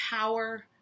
power